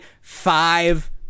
five